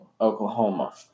Oklahoma